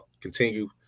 continue